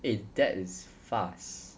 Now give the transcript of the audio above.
eh that is fast